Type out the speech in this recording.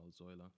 Zoila